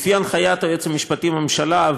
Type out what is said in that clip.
לפי הנחיית היועץ המשפטי לממשלה,